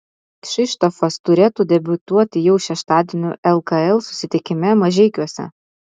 kšištofas turėtų debiutuoti jau šeštadienio lkl susitikime mažeikiuose